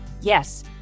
Yes